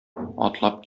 атлап